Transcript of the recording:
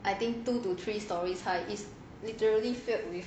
I think two to three storeys high it's literally filled with